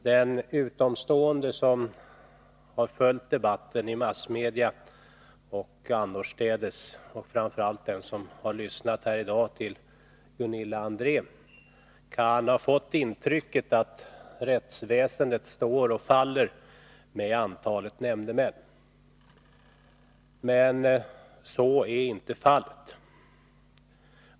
Den utomstående som har följt debatten i massmedia och annorstädes— och framför allt den som har lyssnat här i dag till Gunilla André — kan ha fått intrycket att rättsväsendet står och faller med antalet nämndemän. Men så är inte fallet.